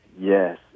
Yes